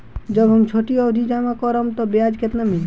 जब हम छोटी अवधि जमा करम त ब्याज केतना मिली?